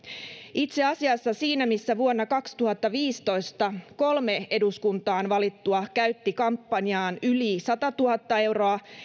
itse asiassa siinä missä vuonna kaksituhattaviisitoista kolme eduskuntaan valittua käytti kampanjaan yli satatuhatta euroa